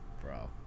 bro